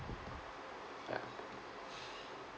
ya